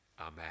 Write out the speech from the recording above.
Amen